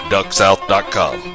DuckSouth.com